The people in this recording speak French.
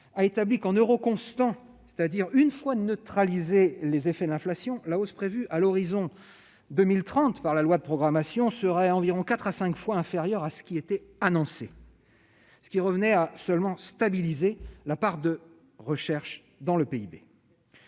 -a établi qu'en euros constants, c'est-à-dire une fois neutralisés les effets de l'inflation, la hausse prévue à l'horizon 2030 par la loi de programmation serait environ quatre à cinq fois inférieure à ce qui était annoncé. Cela revenait seulement à stabiliser la part des dépenses de recherche dans le PIB.